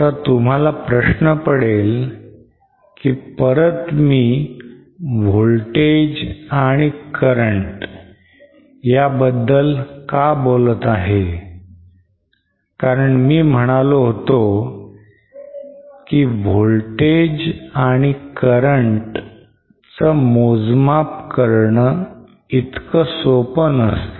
आता तुम्हाला प्रश्न पडेल की परत मी voltage and current बद्दल का बोलत आहे कारण मी म्हणालो होतो की voltage and current च मोजमापन करण इतकं सोपं नसत